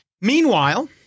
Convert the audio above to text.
Meanwhile